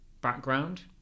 background